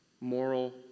Moral